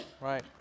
Right